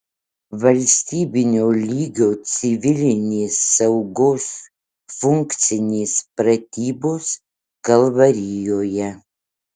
valstybinio lygio civilinės saugos funkcinės pratybos kalvarijoje